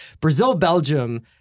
Brazil-Belgium